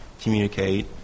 communicate